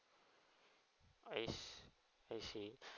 I I see